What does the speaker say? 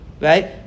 right